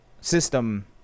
system